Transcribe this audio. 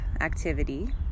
activity